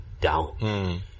down